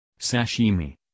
Sashimi